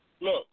Look